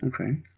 Okay